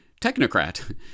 technocrat